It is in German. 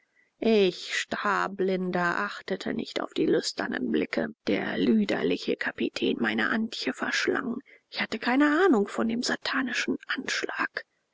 ich starblinder achtete nicht auf die lüsternen blicke mit denen der lüderliche kapitän meine antje verschlang ich hatte keine ahnung von dem satanischen anschlag